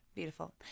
beautiful